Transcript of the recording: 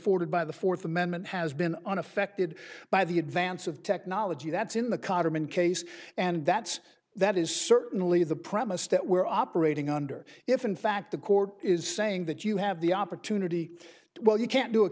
afforded by the fourth amendment has been unaffected by the advance of technology that's in the current case and that's that is certainly the premise that we're operating under if in fact the court is saying that you have the opportunity well you can't do a